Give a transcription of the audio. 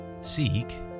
Seek